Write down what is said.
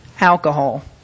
alcohol